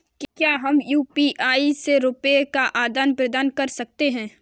क्या हम यू.पी.आई से रुपये का आदान प्रदान कर सकते हैं?